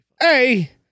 Hey